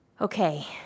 Okay